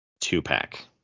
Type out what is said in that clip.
two-pack